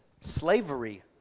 Slavery